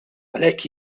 għalhekk